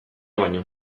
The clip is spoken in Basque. baino